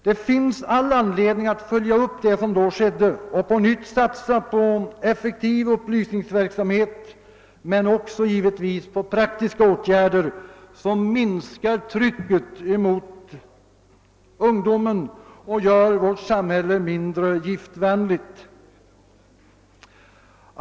Det finns all anledning att följa upp det som då skedde och på nytt satsa på effektiv upplysningsverksamhet men givetvis också på praktiska åtgärder som minskar trycket på ungdomen och gör vårt samhälle mindre giftvänligt.